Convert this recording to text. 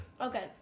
Okay